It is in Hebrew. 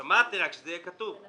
שמעתי, רק שזה יהיה כתוב.